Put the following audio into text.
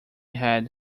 had